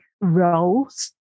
roles